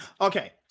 Okay